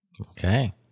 Okay